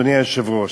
אדוני היושב-ראש,